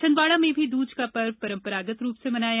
छिंदवाड़ा में भी दूज का पर्व परम्परागत रूप से मनाया